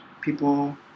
people